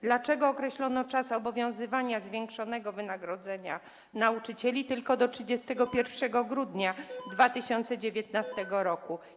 Dlaczego określono czas obowiązywania zwiększonego wynagrodzenia nauczycieli tylko do 31 grudnia 2019 r.